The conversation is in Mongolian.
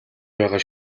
байгаа